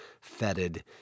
fetid